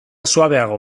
suabeago